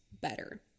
better